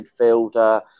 midfielder